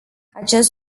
acest